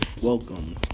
Welcome